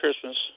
Christmas